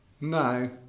No